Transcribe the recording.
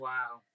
Wow